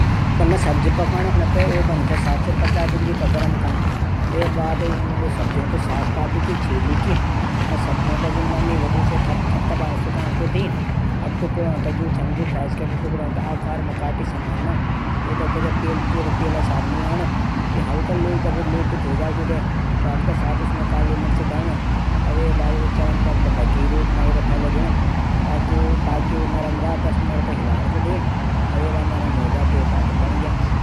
फलो की स्मूदी बनाणू एक ब्लेंडर मां फल दही दूध शहद चीनी का डलद। फिर यूं सबथे आपस मा मिलैकी बराबर फिर जब मुलायम ह्वे जालू फिर ठंडू ह्वेकू बर्फ का टुकड़ा मिलै द्या वेकू बाद स्मूदी थै एक गिलास मा डाला और पे द्या।